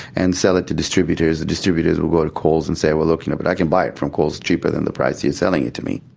and sell it to distributors, the distributors would go to coles and say, look, you know but i can buy it from coles cheaper than the price you are selling it to me.